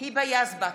היבה יזבק,